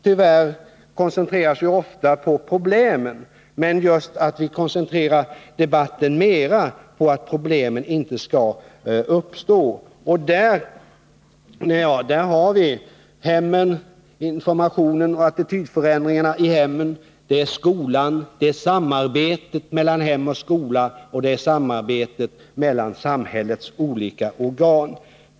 Debatten koncentreras ju ofta på problemen, men vi bör koncentrera debatten mera på att problemen inte skall uppstå. Därvidlag gäller det informationen, attitydförändringarna i hemmen, skolan, samarbetet mellan hem och skola, samarbetet mellan samhällets olika organ.